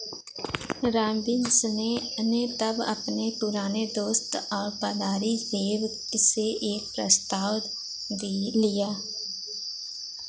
Robins ने तब अपने पुराने दोस्त और पदारी सेव से एक प्रस्ताव दि लिया